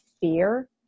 fear